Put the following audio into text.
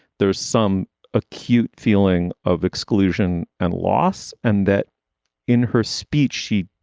there is some acute feeling of exclusion and loss. and that in her speech, she